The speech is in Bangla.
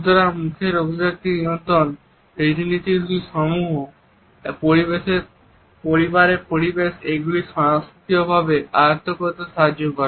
সুতরাং মুখের অভিব্যক্তি নিয়ন্ত্রণ রীতিনীতিসমূহ এবং পরিবারের পরিবেশ এগুলি স্বয়ংক্রিয়ভাবে আয়ত্ত করতে সাহায্য করে